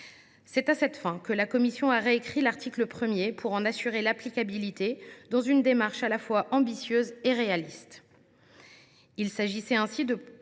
C’est à cette fin que la commission a réécrit l’article 1 pour en assurer l’applicabilité, dans une démarche à la fois ambitieuse et réaliste.